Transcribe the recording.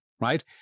right